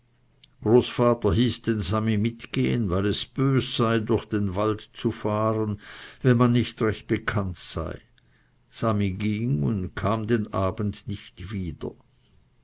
großvater hieß den sami mitgehen weil es bös sei durch den wald zu fahren wenn man nicht recht bekannt sei sami ging und kam den abend nicht wieder